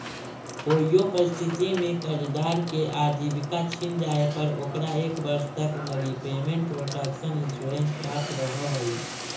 कोइयो परिस्थिति में कर्जदार के आजीविका छिन जाए पर ओकरा एक वर्ष तक लगी पेमेंट प्रोटक्शन इंश्योरेंस प्राप्त रहऽ हइ